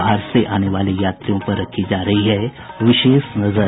बाहर से आने वाले यात्रियों पर रखी जा रही है विशेष नजर